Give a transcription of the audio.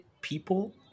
people